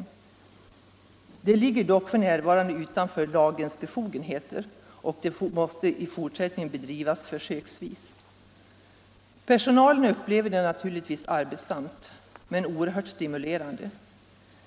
En sådan verksamhet ligger dock f.n. utanför de befogenheter lagen ger och måste i fortsättningen bedrivas försöksvis. Personalen upplever den här försöksverksamheten som arbetsam men oerhört stimulerande.